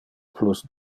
plus